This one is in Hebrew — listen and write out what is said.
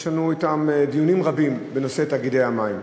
יש לנו אתם דיונים רבים בנושא תאגידי המים.